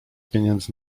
pieniędzy